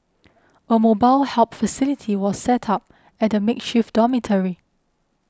a mobile help facility was set up at the makeshift dormitory